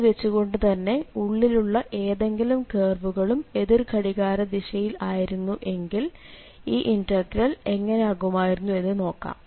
ഇത് വച്ചു കൊണ്ടു തന്നെ ഉള്ളിലുള്ള ഏതെങ്കിലും കേർവുകളും എതിർഘടികാരദിശയിൽ ആയിരുന്നു എങ്കിൽ ഈ ഇന്റഗ്രൽ എങ്ങനെ ആകുമായിരുന്നു എന്ന് നോക്കാം